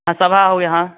हाँ सभा हो यहाँ